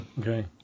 Okay